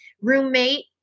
roommate